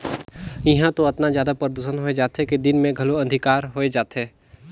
इहां तो अतना जादा परदूसन होए जाथे कि दिन मे घलो अंधिकार होए जाथे